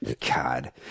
god